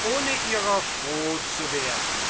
ohne ihrer froh zu werden